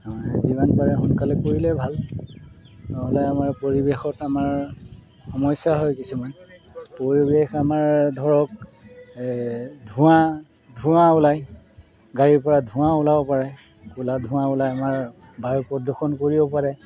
যিমান পাৰে সোনকালে কৰি লোৱাই ভাল নহ'লে আমাৰ পৰিৱেশত আমাৰ সমস্যা হয় কিছুমান পৰিৱেশ আমাৰ ধৰক ধোঁৱা ধোঁৱা ওলায় গাড়ীৰ পৰা ধোঁৱা ওলাব পাৰে ক'লা ধোঁৱা ওলাই আমাৰ বায়ু প্ৰদূষণ কৰিব পাৰে